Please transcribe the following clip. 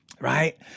right